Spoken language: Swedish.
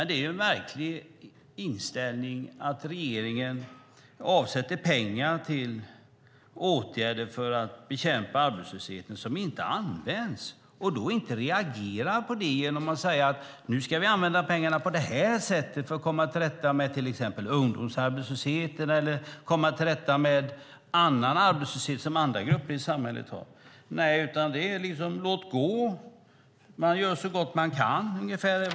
Det är märkligt att regeringen avsätter pengar till åtgärder för att bekämpa arbetslösheten som inte används och då inte reagerar på det genom att säga: Nu ska vi använda pengarna på det här sättet och komma till rätta med till exempel ungdomsarbetslösheten eller arbetslösheten bland andra grupper i samhället. Nej, det är liksom låt gå. Man gör så gott man kan, ungefär.